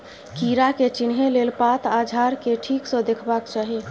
कीड़ा के चिन्हे लेल पात आ झाड़ केँ ठीक सँ देखबाक चाहीं